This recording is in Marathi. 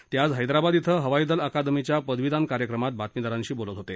ते आज हैदराबाद इथं हवाई दल अकादमीच्या पदवीदान कार्यक्रमात बातमीदारांशी बोलत होते